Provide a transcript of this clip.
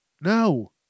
No